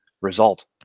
result